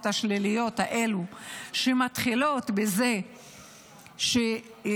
השליליות האלה שמתחילות בזה שהילדים,